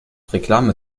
reklame